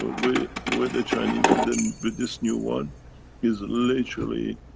ah with with the chinese we didn't, with this new one is literally,